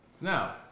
Now